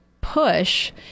push